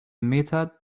method